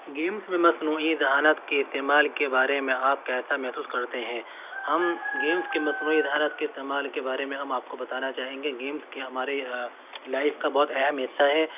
games میں مصنوعی ذہانت کے استعمال کے بارے میں آپ کیسا محسوس کرتے ہیں ہم گیمس کے مصنوعی ذہانت کے استعمال کے بارے میں ہم آپ کو بتانا چاہیں گے گیمس کہ ہمارے لائف کا بہت اہم حصہ ہے